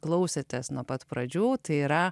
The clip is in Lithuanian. klausėtės nuo pat pradžių tai yra